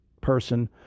person